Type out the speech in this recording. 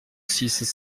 six